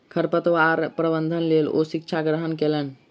खरपतवार प्रबंधनक लेल ओ शिक्षा ग्रहण कयलैन